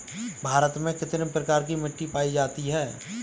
भारत में कितने प्रकार की मिट्टी पायी जाती है?